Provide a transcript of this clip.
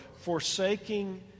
forsaking